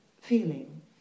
feeling